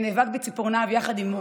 שנאבק בציפורניו, יחד עם אימו,